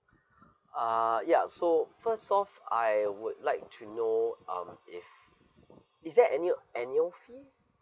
uh ya so first of I would like to know um if is there annual annual fee